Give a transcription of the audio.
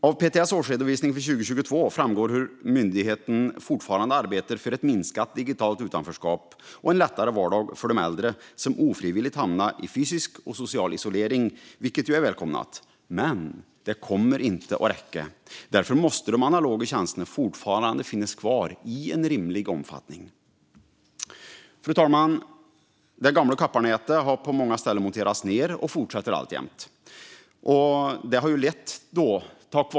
Av PTS årsredovisning för 2022 framgår hur myndigheten fortfarande arbetar för ett minskat digitalt utanförskap och en lättare vardag för de äldre som ofrivilligt hamnat i både fysisk och social isolering, vilket ju är välkommet. Men det kommer inte att räcka. Därför måste de analoga tjänsterna fortfarande finnas kvar i en rimlig omfattning. Fru talman! Det gamla kopparnätet har på många ställen monterats ned, och nedmonteringen fortsätter alltjämt.